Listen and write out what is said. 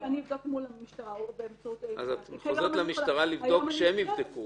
אני אבדוק מול המשטרה --- את חוזרת למשטרה שהם יבדקו.